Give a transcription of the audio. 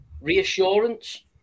reassurance